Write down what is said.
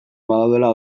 badaudela